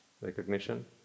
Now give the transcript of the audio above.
recognition